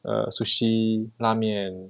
uh sushi 拉面